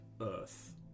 earth